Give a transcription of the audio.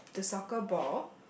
the soccer ball